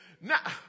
Now